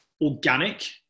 organic